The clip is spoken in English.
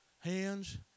hands